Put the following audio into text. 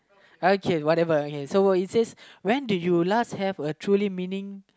okay whatever okay so well it says when did you last have a truly meaning